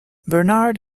bernard